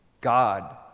God